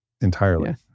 entirely